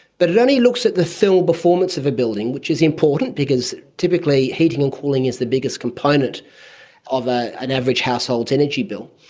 but it only looks at the thermal performance of a building, which is important because typically heating and cooling is the biggest component of ah an average household's energy bill.